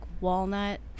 walnut